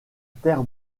terre